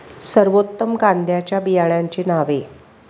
सर्वोत्तम कांद्यांच्या बियाण्यांची नावे?